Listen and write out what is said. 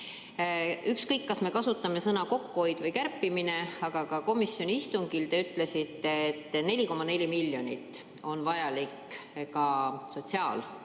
Ükskõik, kas me kasutame sõna "kokkuhoid" või "kärpimine", aga ka komisjoni istungil te ütlesite, et 4,4 miljonit on vaja